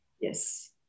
Yes